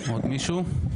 עוד מישהו?